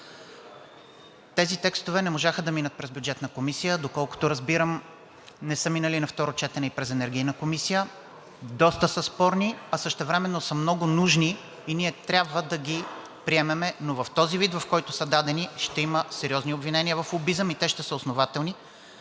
Тези текстове не можаха да минат през Бюджетната комисия. Доколкото разбирам, не са минали на второ четене и през Енергийната комисия. Доста са спорни, а същевременно са много нужни и ние трябва да ги приемем, но в този вид, в който са дадени, ще има сериозни обвинения в лобизъм, и те ще са основателни.